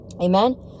Amen